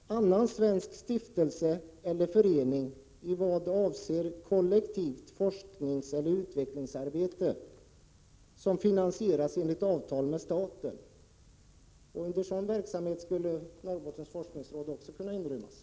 annan svensk stiftelse eller förening i vad avser kollektivt forskningseller utvecklingsarbete som finansieras enligt avtal med staten”. Under sådan verksamhet skulle Norrbottens forskningsråd också kunna inrymmas.